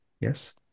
yes